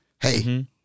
hey